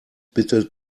bitte